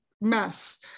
mess